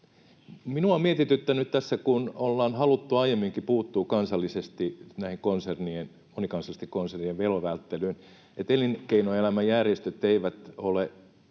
Minua on mietityttänyt tässä, kun ollaan haluttu aiemminkin puuttua kansallisesti monikansallisten konsernien verovälttelyyn, että elinkeinoelämän järjestöt eivät ole